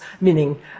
meaning